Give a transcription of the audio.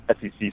SEC